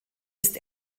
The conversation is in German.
ist